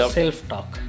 self-talk